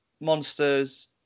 monsters